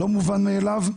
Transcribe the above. לא מובן מאליו,